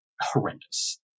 horrendous